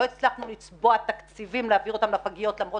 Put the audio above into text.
לא הצלחנו לצבוע תקציבים להעביר לפגיות למרות